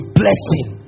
blessing